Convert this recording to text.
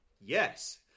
Yes